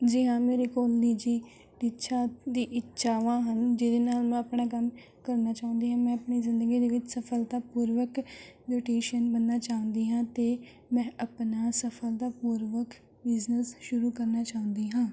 ਜੀ ਹਾਂ ਮੇਰੇ ਕੋਲ ਨਿੱਜੀ ਇੱਛਾ ਦੀ ਇੱਛਾਵਾਂ ਹਨ ਜਿਹਦੇ ਨਾਲ ਮੈਂ ਆਪਣਾ ਕੰਮ ਕਰਨਾ ਚਾਹੁੰਦੀ ਹਾਂ ਮੈਂ ਆਪਣੀ ਜ਼ਿੰਦਗੀ ਦੇ ਵਿੱਚ ਸਫਲਤਾ ਪੂਰਵਕ ਬਿਊਟੀਸ਼ੀਅਨ ਬਣਨਾ ਚਾਹੁੰਦੀ ਹਾਂ ਅਤੇ ਮੈਂ ਆਪਣਾ ਸਫਲਤਾ ਪੂਰਵਕ ਬਿਜ਼ਨਿਸ ਸ਼ੁਰੂ ਕਰਨਾ ਚਾਹੁੰਦੀ ਹਾਂ